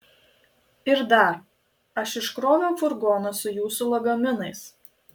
ir dar aš iškroviau furgoną su jūsų lagaminais